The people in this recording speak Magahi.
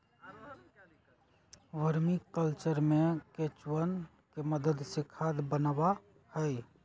वर्मी कल्चर में केंचुवन के मदद से खाद बनावा हई